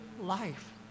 life